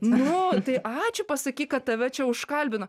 nu tai ačiū pasakyk kad tave čia užkalbino